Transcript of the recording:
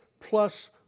plus